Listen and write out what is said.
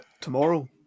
Tomorrow